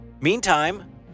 Meantime